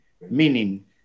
meaning